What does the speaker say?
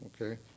Okay